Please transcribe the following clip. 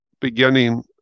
beginning